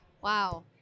Wow